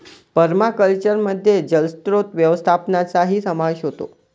पर्माकल्चरमध्ये जलस्रोत व्यवस्थापनाचाही समावेश होतो